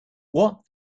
what